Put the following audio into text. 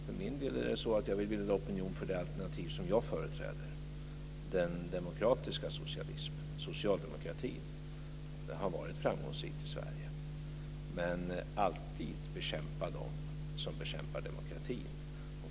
För min del vill jag bilda opinion för det alternativ som jag företräder, den demokratiska socialismen, socialdemokratin, och det har varit framgångsrikt i Sverige. Men jag har alltid bekämpat dem som bekämpar demokratin.